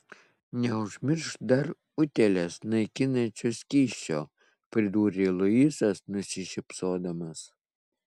neužmiršk dar utėles naikinančio skysčio pridūrė luisas nusišypsodamas